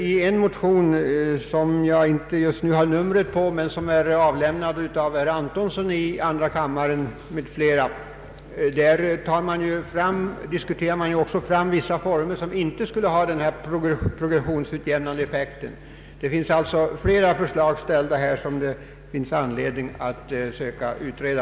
I en motion av herr Antonsson m.fl. i andra kammaren diskuteras också vissa former som inte skulle ha denna progressionsutjämnande effekt. Det föreligger alltså här flera förslag som det finns anledning att försöka utreda.